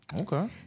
okay